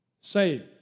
saved